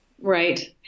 Right